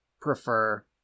prefer